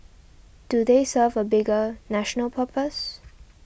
do they serve a bigger national purpose